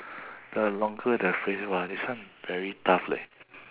the longer the phrase !wah! this one very tough leh